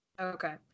Okay